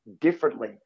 differently